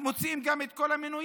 מוציאים גם את כל המינויים